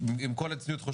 כל הצניעות,